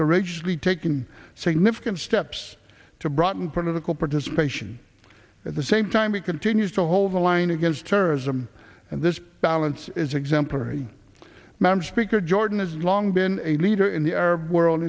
courageously taken significant steps to broaden political participation at the same time he continues to hold the line against terrorism and this balance is exemplary member speaker jordan has long been a leader in the arab world